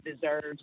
deserves